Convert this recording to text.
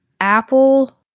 apple